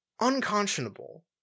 unconscionable